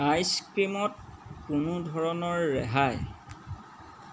ice ক্ৰীমত কোনো ধৰণৰ ৰেহাই